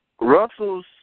Russell's